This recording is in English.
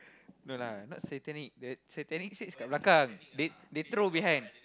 no lah not Satanic the Satanic kat belakang they they throw behind